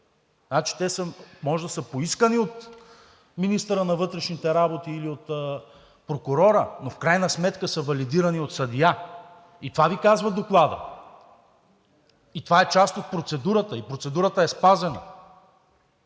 те може да са поискани от министъра на вътрешните работи или от прокурора, но в крайна сметка са валидирани от съдия. Това Ви казва Докладът. Това е част от процедурата и процедурата е спазена.